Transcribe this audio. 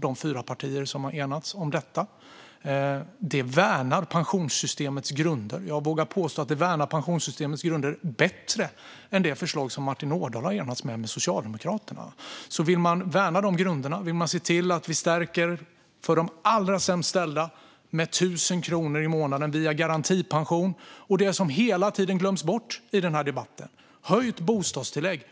de fyra partier som har enats om detta, har lagt på riksdagens bord. Det värnar pensionssystemets grunder. Jag vågar påstå att det värnar pensionssystemets grunder på ett bättre sätt än det förslag som Martin Ådahl har enats med Socialdemokraterna om. Vi vill värna de grunderna och stärka förutsättningarna för dem som har det allra sämst ställt, med 1 000 kronor i månaden via garantipension och med det som hela tiden glöms bort i debatten: höjt bostadstillägg.